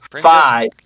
five